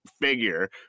figure